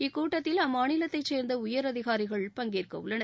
இக்கூட்டத்தில் அம்மாநிலத்தை சேர்ந்த உயரதிகாரிகள் பங்கேற்க உள்ளனர்